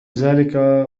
ذلك